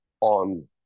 on